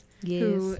Yes